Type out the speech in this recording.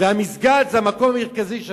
והמסגד זה המקום המרכזי שלהם.